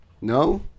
no